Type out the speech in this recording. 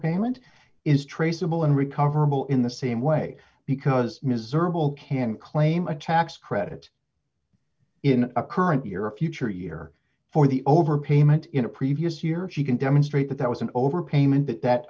overpayment is traceable and recoverable in the same way because miserable can claim a tax credit in a current euro future year for the overpayment in a previous year she can demonstrate that that was an overpayment but that